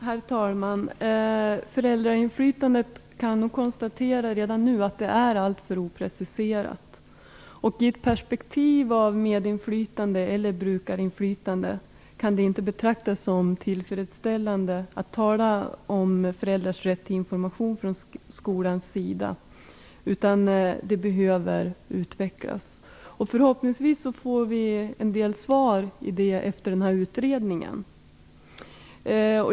Herr talman! Jag kan nog redan nu konstatera att föräldrainflytandet är alltför opreciserat. I ett perspektiv av medinflytande eller brukarinflytande kan det inte betraktas som tillfredsställande att från skolans sida tala om föräldrars rätt till information. Det behöver utvecklas. Förhoppningsvis får vi en del svar i det avseendet efter utredningen.